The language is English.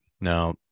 now